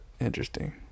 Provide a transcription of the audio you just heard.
interesting